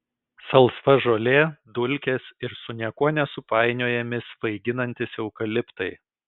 salsva žolė dulkės ir su niekuo nesupainiojami svaiginantys eukaliptai